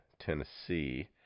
Tennessee